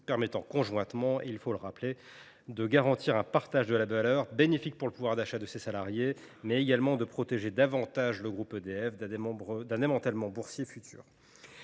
permis, il convient de le rappeler, de garantir un partage de la valeur bénéfique pour le pouvoir d’achat des salariés, mais également de protéger davantage le groupe EDF d’un futur démantèlement boursier.